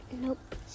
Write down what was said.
nope